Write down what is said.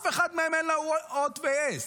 לאף אחד מהם אין הוט ויס.